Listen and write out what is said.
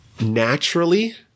Naturally